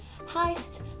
Heist